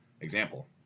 example